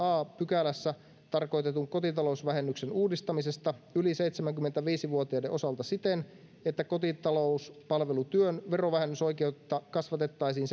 a pykälässä tarkoitetun kotitalousvähennyksen uudistamisesta yli seitsemänkymmentäviisi vuotiaiden osalta siten että kotitalouspalvelutyön verovähennysoikeutta kasvatettaisiin